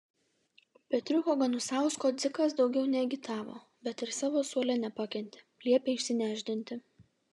petriuko ganusausko dzikas daugiau neagitavo bet ir savo suole nepakentė liepė išsinešdinti